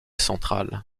centrale